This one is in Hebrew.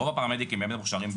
רוב הפרמדיקים באמת מוכשרים במד"א,